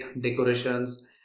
decorations